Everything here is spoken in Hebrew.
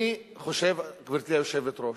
אני חושב, גברתי היושבת-ראש,